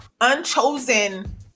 unchosen